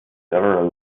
several